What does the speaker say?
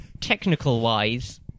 technical-wise